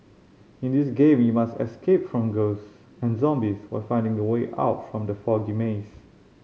in this game you must escape from ghost and zombies while finding the way out from the foggy maze